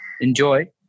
Enjoy